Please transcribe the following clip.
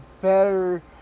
better